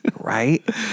Right